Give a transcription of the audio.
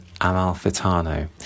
Amalfitano